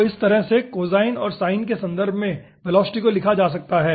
तो इस तरह से कोसाइन और साइन के संदर्भ में वेलोसिटी को लिखा जा सकता है